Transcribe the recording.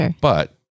but-